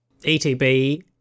etb